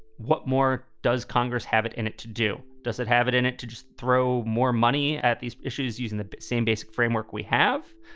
what more does congress have it in it to do? does it have it in it to just throw more money at these issues using the same basic framework we have?